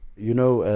you know,